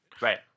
Right